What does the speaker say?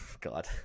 God